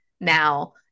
now